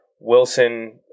Wilson